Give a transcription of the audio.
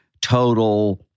total